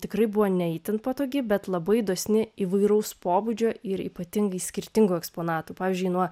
tikrai buvo ne itin patogi bet labai dosni įvairaus pobūdžio ir ypatingai skirtingų eksponatų pavyzdžiui nuo